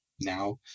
now